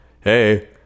hey